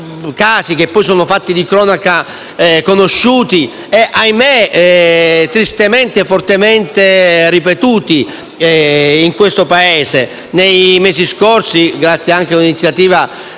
casi, che poi sono fatti di cronaca conosciuti e *-* ahimè - tristementefortemente ripetuti in questo Paese. Nei mesi scorsi, grazie anche all'iniziativa